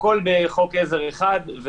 הכל בחוק עזר אחד.